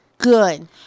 good